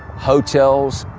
hotels,